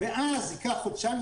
ואז ייקח חודשיים.